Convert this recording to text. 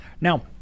Now